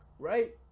right